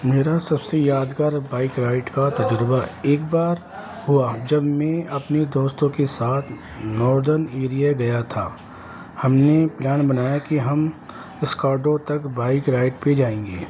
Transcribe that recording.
میرا سب سے یادگار بائک رائڈ کا تجربہ ایک بار ہوا جب میں اپنے دوستوں کے ساتھ ناردرن ایریا گیا تھا ہم نے پلان بنایا کہ ہم اسکارڈو تک بائک رائڈ پہ جائیں گے